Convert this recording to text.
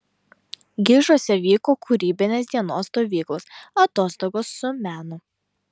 gižuose vyko kūrybinės dienos stovyklos atostogos su menu